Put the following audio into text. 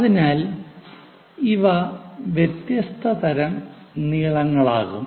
അതിനാൽ ഇവ വ്യത്യസ്ത തരം നീളങ്ങളാകാം